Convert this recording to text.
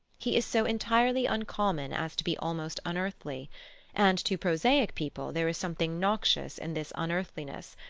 he is so entirely uncommon as to be almost unearthly and to prosaic people there is something noxious in this unearthliness,